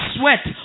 sweat